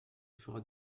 fera